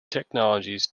technologies